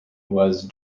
was